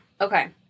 Okay